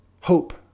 hope